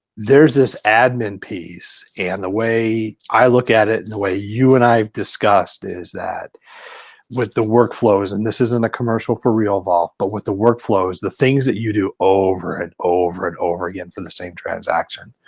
there's this admin piece and the way i look at it and the way you and i have discussed is that with the workflows and this isn't a commercial for realvolve but with the workflows, the things that you do over and over and over again for the same transaction.